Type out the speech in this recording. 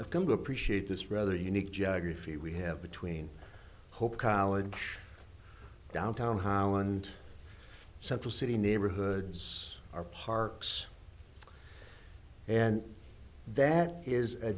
i've come to appreciate this rather unique jaeger feel we have between hope college downtown highland central city neighborhoods or parks and that is a